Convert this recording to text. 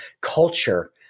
culture